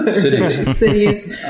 Cities